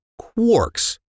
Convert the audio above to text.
quarks